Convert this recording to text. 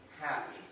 happy